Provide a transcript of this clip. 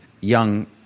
young